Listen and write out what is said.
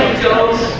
turtles